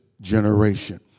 generation